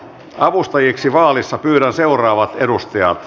avustajiksi vaalissa pyydän seuraavat edustajat